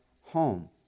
home